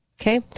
Okay